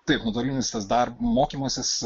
taip nuotolinis tas dar mokymasis